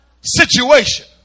Situation